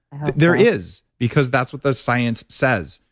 there is because that's what the science says,